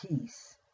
peace